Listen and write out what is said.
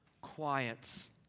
quiets